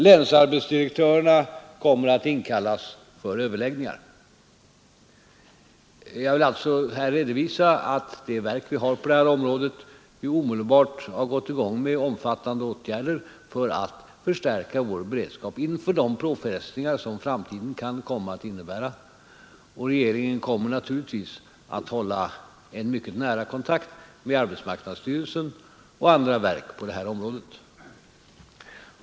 Länsarbetsdirektörerna kommer att inkallas för överläggningar. Jag vill alltså här redovisa att det verk vi har på området omedelbart har vidtagit omfattande åtgärder för att förstärka vår beredskap inför de påfrestningar som framtiden kan komma att innebära. Regeringen kommer naturligtvis att hålla en mycket nära kontakt med arbetsmarknadsstyrelsen och andra verk på området.